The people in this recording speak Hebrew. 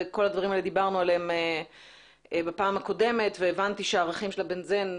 ועל כל הדברים האלה דיברנו בפעם הקודמת והבנתי שהערכים של הבנזן,